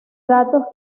datos